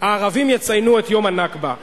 הערבים יציינו את יום הנכבה,